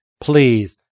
please